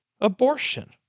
Abortion